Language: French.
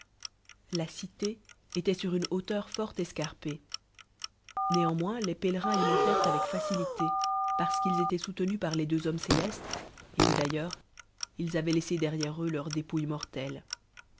la cité étoit sur une hauteur fort escarpée néanmoins les pélerin y montèrent avec facilité parce qu'ils étoient soutenus par les deux hommes célestes et que d'aiijeurs ils avoient laissé derrière eux leurs